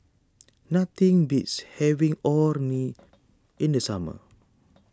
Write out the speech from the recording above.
nothing beats having Orh Nee in the summer